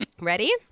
Ready